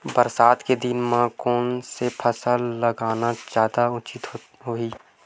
बरसात के दिन म कोन से फसल लगाना जादा उचित होही?